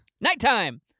Nighttime